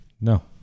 No